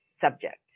subject